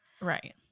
Right